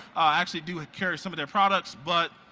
i actually do it carry some of their products but